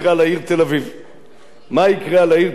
מה יקרה לעיר תל-אביב שהיתה העיר העברית הראשונה